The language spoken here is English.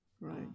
Right